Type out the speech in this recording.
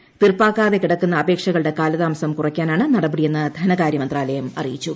T തീർപ്പാകാതെ കിടക്കുന്ന അപേക്ഷകളുടെ കാലതാമസം കുറയ്ക്കാനാണ് നടപടിയെന്ന് ധനകാര്യമന്ത്രാലയം അറിയിച്ചു